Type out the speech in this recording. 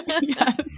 Yes